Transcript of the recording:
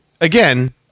again